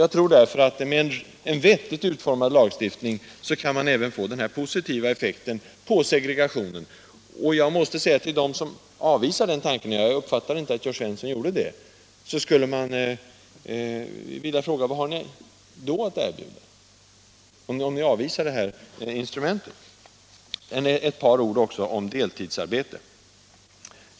Jag tror därför att man med en riktigt utformad lagstiftning även kan få en positiv effekt på arbetsmarknadens uppdelning. Den som avvisar det här instrumentet — jag uppfattade det inte som att Jörn Svensson gjorde det — skulle man vilja fråga: Vad har ni då att erbjuda? Sedan ett par ord om deltidsarbete.